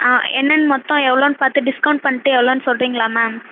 ஆ என்னென்னு மொத்தம் எவ்வளோன்னு பார்த்து டிஸ்கவுண்ட் பண்ணிட்டு எவ்வளோன்னு சொல்லுறீங்களா மேம்